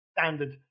standard